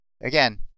again